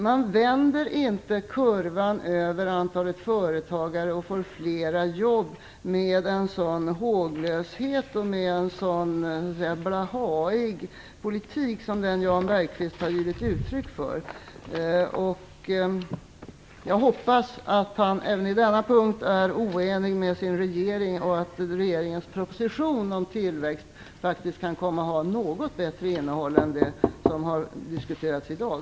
Man vänder inte kurvan över antalet företagare och får fler jobb med en sådan håglöshet och en sådan "blahaig" politik som den som Jan Bergqvist har givit uttryck för. Jag hoppas att han även på denna punkt är oenig med sin regering och att regeringens proposition om tillväxt faktiskt kan komma att ha något bättre innehåll än det som har diskuterats i dag.